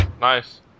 Nice